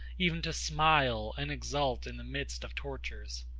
even to smile and exult in the midst of tortures.